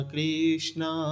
Krishna